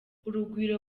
urugwiro